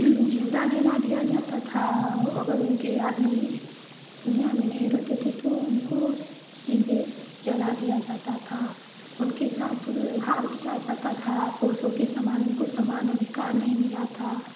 जिन्दा जला दिया जाता था अगर उनके आदमी दुनियाँ में नहीं रहते थे तो उनको सीधे जला दिया जाता था उनके साथ दुर्व्यवहार किया जाता था पुरुषों के समान उनको अधिकार नहीं मिला था